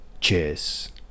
cheers